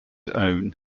own